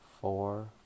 four